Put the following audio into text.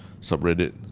subreddit